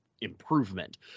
improvement